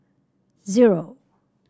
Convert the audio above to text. zero